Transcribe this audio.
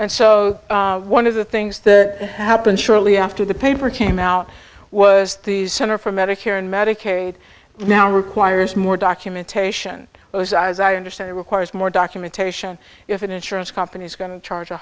and so one of the things that happened shortly after the paper came out was the center for medicare and medicaid now requires more documentation was as i understand it requires more documentation if an insurance company is going to charge a